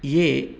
ये